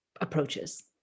approaches